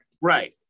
Right